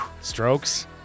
strokes